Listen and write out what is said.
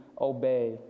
obey